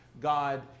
God